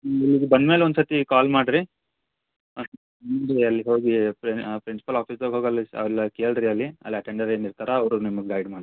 ನೀವು ಇಲ್ಲಿಗೆ ಬಂದ್ಮೇಲೆ ಒಂದು ಸತಿ ಕಾಲ್ ಮಾಡಿರಿ ನಿಮ್ಮದು ಅಲ್ಲಿಗೆ ಹೋಗಿ ಪ್ರಿನ್ಸಿಪಾಲ್ ಆಫೀಸ್ದಾಗ ಹೋಗಿ ಅಲ್ಲಿ ಅಲ್ಲ ಕೇಳಿರಿ ಅಲ್ಲಿ ಅಲ್ಲಿ ಅಟೆಂಡರ್ ಏನು ಇರ್ತಾರೆ ಅವರು ನಿಮಗೆ ಗೈಡ್ ಮಾಡ್ತಾರೆ